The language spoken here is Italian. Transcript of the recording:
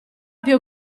più